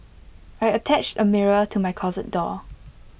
I attached A mirror to my closet door